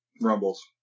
Rumbles